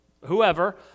whoever